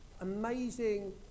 amazing